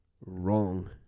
wrong